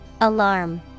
Alarm